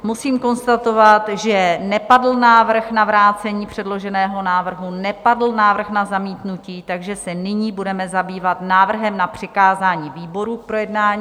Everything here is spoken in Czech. Musím konstatovat, že nepadl návrh na vrácení předloženého návrhu, nepadl návrh na zamítnutí, takže se nyní budeme zabývat návrhem na přikázání výboru k projednání.